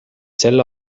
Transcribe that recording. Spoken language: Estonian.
selle